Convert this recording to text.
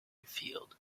field